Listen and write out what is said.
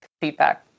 feedback